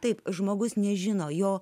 taip žmogus nežino jo